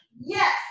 Yes